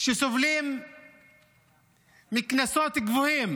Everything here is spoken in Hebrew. שסובלים מקנסות גבוהים